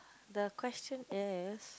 the question is